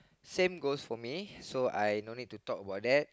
same goes for me so I no need to talk about that